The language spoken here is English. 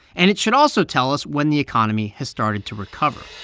and it should also tell us when the economy has started to recover